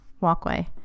walkway